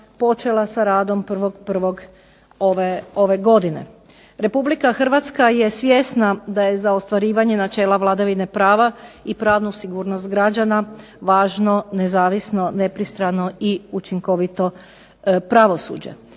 počela sa radom 1.1. ove godine. RH je svjesna da je za ostvarivanje načela i vladavine prava i pravnu sigurnost građana važno nezavisno, nepristrano i učinkovito pravosuđe.